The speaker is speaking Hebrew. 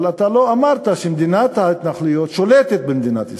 אבל לא אמרת שמדינת ההתנחלויות שולטת במדינת ישראל.